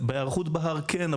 בהיערכות בהר כן,